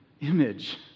image